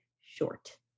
short